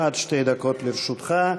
עד שתי דקות לרשותך.